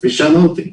כפי שאמרתי.